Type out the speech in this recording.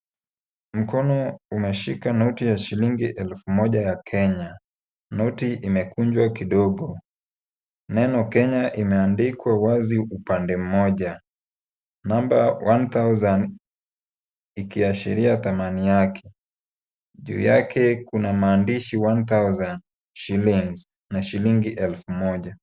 Mkono umeshikilia noti ya shilingi elfu moja ya Kenya. Noti imekunjwa kidogo. Neno Kenya imeandikwa wazi upande mmoja. Namba one thousand ikiashiria thamani yake. Juu yake kuna maandishi one thousand shillings na shilingi elfu moja.